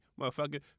motherfucker